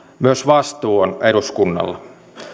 myös vastuu on eduskunnalla